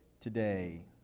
today